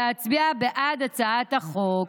להצביע בעד הצעת החוק,